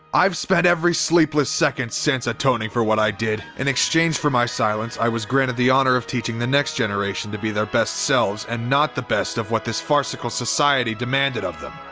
i've spent every sleepless second since atoning for what i did. in exchange for my silence, i was granted the honor of teaching the next generation to be their best selves, and not the best of what this farcical society demanded of them.